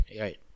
Right